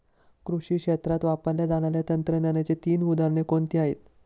कृषी क्षेत्रात वापरल्या जाणाऱ्या तंत्रज्ञानाची तीन उदाहरणे कोणती आहेत?